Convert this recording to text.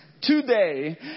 today